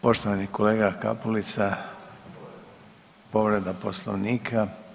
Poštovani kolega Kapulica, povreda Poslovnika.